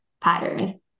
pattern